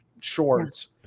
shorts